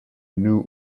new